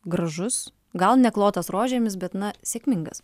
gražus gal ne klotas rožėmis bet na sėkmingas